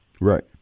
Right